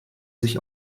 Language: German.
sich